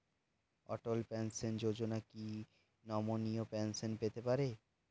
অটল pension যোজনা কি নমনীয় পেনশন পেতে পারে?